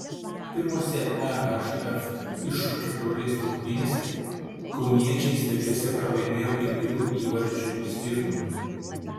pirmose ehf iššūkio taurės rungtynėse kauniečiai svečiuose pralaimėjo keturių įvarčių skirtumu